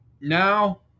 now